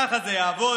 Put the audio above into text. ככה זה יעבוד.